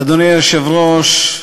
אדוני היושב-ראש,